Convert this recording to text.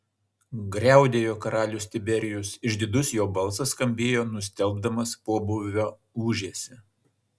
griaudėjo karalius tiberijus išdidus jo balsas skambėjo nustelbdamas pobūvio ūžesį